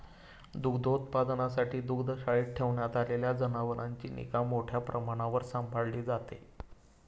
दुग्धोत्पादनासाठी दुग्धशाळेत ठेवण्यात आलेल्या जनावरांची निगा मोठ्या प्रमाणावर सांभाळली जाते